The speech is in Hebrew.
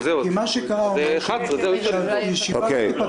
כי מה שקרה --- שהישיבה תיפתח